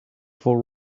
for